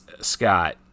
Scott